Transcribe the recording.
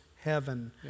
heaven